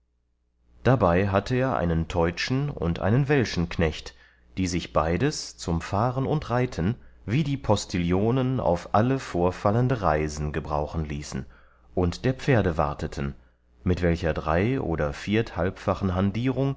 darbei hatte er einen teutschen und einen welschen knecht die sich beides zum fahren und reiten wie die postillionen auf alle vorfallende reisen gebrauchen ließen und der pferde warteten mit welcher drei oder vierthalbfachen handierung